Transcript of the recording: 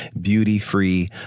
beauty-free